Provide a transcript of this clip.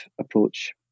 approach